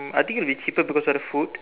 I think it would be cheaper because of the food